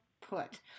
put